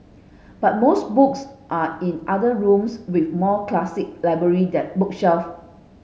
but most books are in other rooms with more classic library that book self